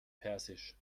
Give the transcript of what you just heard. persisch